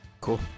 Cool